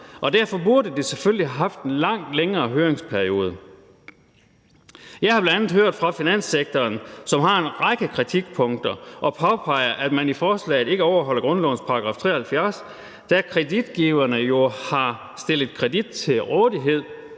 derfor burde det selvfølgelig have haft en langt længere høringsperiode. Jeg har bl.a. hørt fra finanssektoren, som har en række kritikpunkter, og de påpeger, at man i forslaget ikke overholder grundlovens § 73, da kreditgiverne jo har stillet kredit til rådighed,